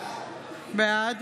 בעד